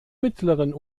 mittleren